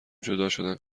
جداشدن